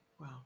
Wow